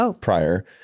prior